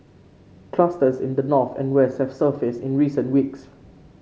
clusters in the north and west have surfaced in recent weeks